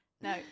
No